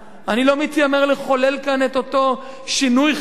אני לא מתיימר לחולל כאן את אותו שינוי חברתי